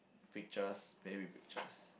pictures maybe pictures